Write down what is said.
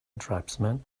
tribesman